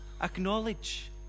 Acknowledge